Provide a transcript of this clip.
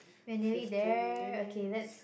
fifteen minutes